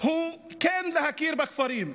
הוא כן להכיר בכפרים,